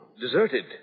deserted